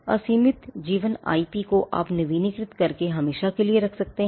असीमित जीवन आईपी को आप नवीनीकृत करके हमेशा के लिए रख सकते हैं